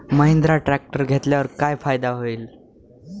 Mahindra tractor घेतल्यावर काय फायदा होईल?